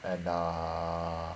and err